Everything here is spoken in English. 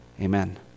amen